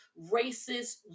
racist